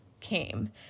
came